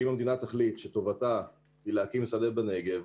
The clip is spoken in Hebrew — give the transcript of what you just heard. אם הדמינה תחליט שטובתה היא להקים שדה בנגב,